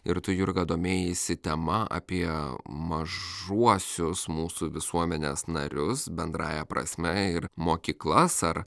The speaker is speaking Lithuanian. ir tu jurga domėjaisi tema apie mažuosius mūsų visuomenės narius bendrąja prasme ir mokyklas ar